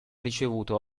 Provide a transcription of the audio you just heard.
ricevuto